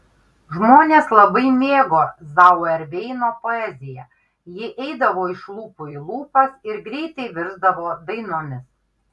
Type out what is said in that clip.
žmonės labai mėgo zauerveino poeziją ji eidavo iš lūpų į lūpas ir greitai virsdavo dainomis